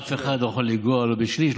אף אחד לא יכול לגעת לא בשליש,